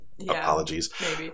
Apologies